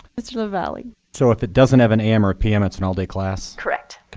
mr. lavalley. so if it doesn't have an am or pm, it's an all-day class? correct.